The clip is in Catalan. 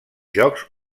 jocs